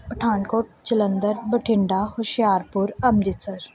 Pathankot Jalandhar Bathinda Hoshiarpur Amritsar